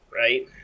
right